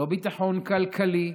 לא ביטחון כלכלי,